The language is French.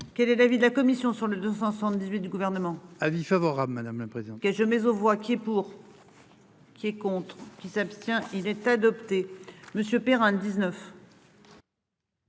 Quel est David la commission sur le 278 du gouvernement, avis favorable. Madame la présidente qui je mais aux voit qui est pour. Qui est contre qui s'abstient il est adopté. Monsieur Perrin. 19.